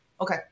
Okay